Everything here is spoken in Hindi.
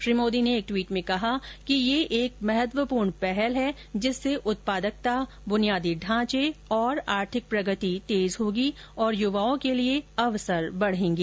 श्री मोदी ने एक ट्वीट में कहा कि यह एक महत्वपूर्ण पहल है जिससे उत्पादकता बुनियादी ढांचे और आर्थिक प्रगति तेज होगी तथा युवाओं के लिए अवसर बढ़ेंगे